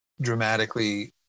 dramatically